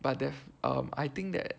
but there's um I think that